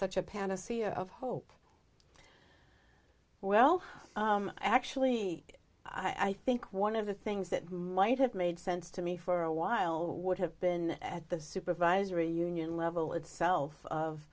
such a panacea of hope well actually i think one of the things that might have made sense to me for a while would have been at the supervisory union level itself of